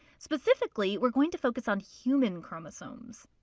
specifically, we're going to focus on human chromosomes.